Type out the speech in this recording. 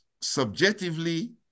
subjectively